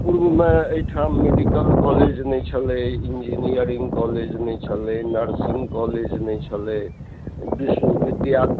पूर्वमे ऐठाम medical college नहि छलै इंजीनियरिंग कॉलेज नहि छलै नर्सिङ्ग कॉलेज नहि छलै विश्वविद्यालए